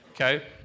Okay